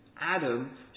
Adam